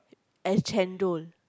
ice chendol